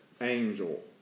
angel